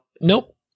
Nope